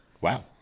Wow